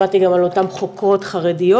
שמעתי גם על אותם חוקרות חרדיות,